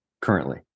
currently